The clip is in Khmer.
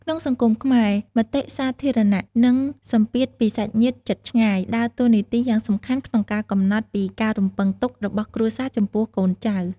ក្នុងសង្គមខ្មែរ មតិសាធារណៈ និងសម្ពាធពីសាច់ញាតិជិតឆ្ងាយ ដើរតួនាទីយ៉ាងសំខាន់ក្នុងការកំណត់ពីការរំពឹងទុករបស់គ្រួសារចំពោះកូនចៅ។